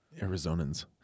Arizonans